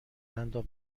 دندان